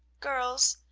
girls,